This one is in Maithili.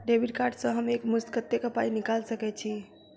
डेबिट कार्ड सँ हम एक मुस्त कत्तेक पाई निकाल सकय छी?